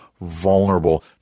vulnerable